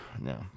No